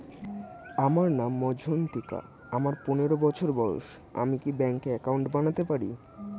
আমার নাম মজ্ঝন্তিকা, আমার পনেরো বছর বয়স, আমি কি ব্যঙ্কে একাউন্ট বানাতে পারি?